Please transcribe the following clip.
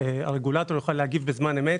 שהרגולטור יוכל להגיב בזמן אמת